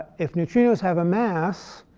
if neutrinos have a mass,